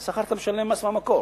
על שכר אתה משלם מס במקור.